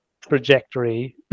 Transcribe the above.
trajectory